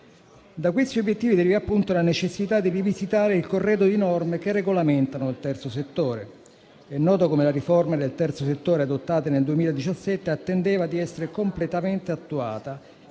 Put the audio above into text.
Da questi obiettivi deriva la necessità di rivisitare il corredo di norme che regolamentano il terzo settore. È noto come la riforma del terzo settore adottata nel 2017 attendeva di essere completamente attuata.